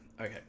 Okay